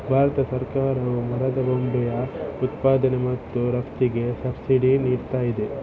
ಭಾರತ ಸರ್ಕಾರವು ಮರದ ಬೊಂಬೆಯ ಉತ್ಪಾದನೆ ಮತ್ತು ರಫ್ತಿಗೆ ಸಬ್ಸಿಡಿ ನೀಡ್ತಾಯಿದೆ